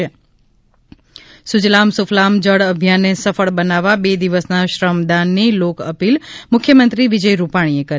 ત સુજલામ સુફલામ જળ અભિયાનને સફળ બનાવવા બે દિવસના શ્રમ દાનની લોક અપીલ મુખ્યમંત્રી વિજય રૂપાણીએ કરી